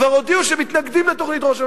כבר הודיעו שהם מתנגדים לתוכנית ראש הממשלה.